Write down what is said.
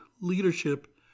leadership